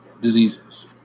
diseases